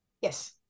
Yes